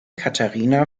katharina